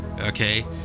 Okay